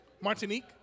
Martinique